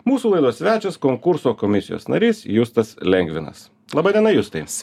mūsų laidos svečias konkurso komisijos narys justas lengvinas laba diena justai